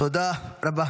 תודה רבה.